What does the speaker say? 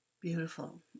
Beautiful